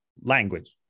language